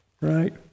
right